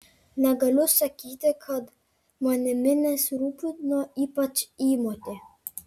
negaliu sakyti kad manimi nesirūpino ypač įmotė